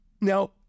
Now